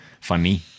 Funny